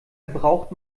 braucht